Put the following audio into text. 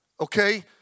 okay